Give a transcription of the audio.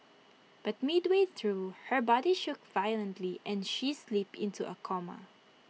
but midway through her body shook violently and she slipped into A coma